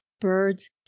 birds